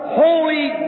holy